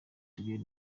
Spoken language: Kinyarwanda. portugal